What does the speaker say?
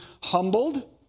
humbled